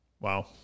Wow